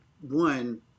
one